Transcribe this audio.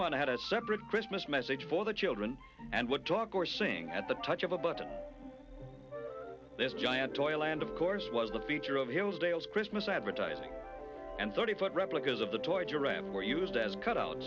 one had a separate christmas message for the children and what talk or seeing at the touch of a button this giant toy land of course was the feature of hillsdale christmas advertising and thirty foot replicas of the toys your ramp were used as cutout